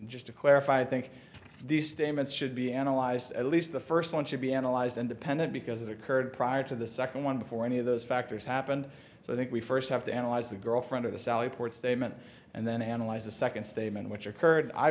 just to clarify i think these statements should be analyzed at least the first one should be analyzed independent because it occurred prior to the second one before any of those factors happened so i think we first have to analyze the girlfriend of the sally port statement and then analyze the second statement which occurred i